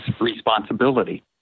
responsibility